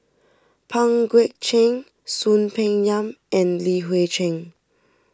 Pang Guek Cheng Soon Peng Yam and Li Hui Cheng